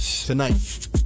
tonight